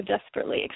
desperately